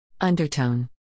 undertone